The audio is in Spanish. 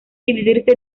dividirse